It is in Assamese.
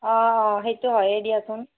অঁ অঁ সেইটো হয়ে দিয়াচোন